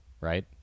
right